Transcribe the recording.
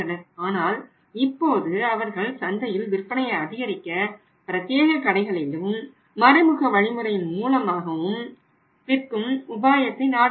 ஆனால் இப்போது அவர்கள் சந்தையில் விற்பனையை அதிகரிக்க பிரத்தியேக கடைகளிலும் மறைமுக வழிமுறையின் மூலமாகவும் விற்கும் உபாயத்தை நாடுகின்றனர்